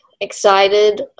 excited